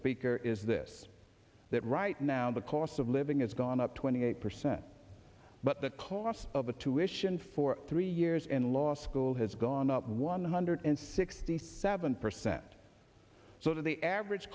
peak or is this that right now the cost of living has gone up twenty eight percent but the cost of the tuitions for three years in law school has gone up one hundred sixty seven percent so the average